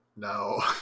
No